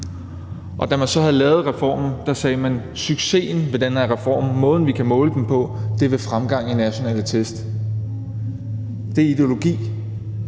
Da man så havde lavet reformen, sagde man: Succesen ved den her reform, altså måden, vi kan måle den på, er ved fremgang i nationale test. Det er ideologi,